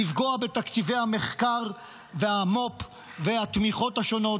לפגוע בתקציבי המחקר והמו"פ והתמיכות השונות